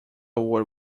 word